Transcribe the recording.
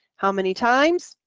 how many times?